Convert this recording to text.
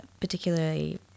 particularly